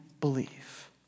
believe